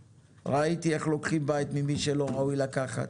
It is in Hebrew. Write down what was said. ראיתי איך לוקחים בית ממי שלא ראוי לקחת,